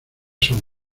son